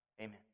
amen